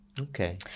Okay